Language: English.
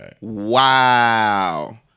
wow